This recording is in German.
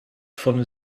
von